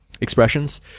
expressions